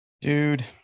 Dude